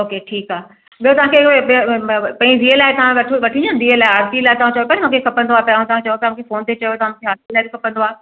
okay ठीकु आहे ॿियो तव्हांखे पंहिंजी धीअ लाइ तव्हां वठो वठी विया धीअ लाइ आरती लाइ तव्हां चयो तव्हां मूंखे खपंदो आहे तव्हां था चयो तव्हां मूंखे फ़ोन ते चयो तव्हांखे आरती लाइ बि खपंदो आहे